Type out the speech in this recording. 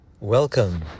Welcome